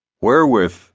Wherewith